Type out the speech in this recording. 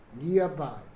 nearby